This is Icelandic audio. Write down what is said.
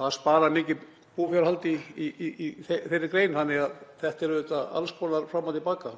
Það sparar mikið búfjárhald í þeirri grein þannig að þetta er auðvitað alls konar fram og til baka.